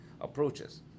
approaches